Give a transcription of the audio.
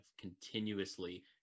continuously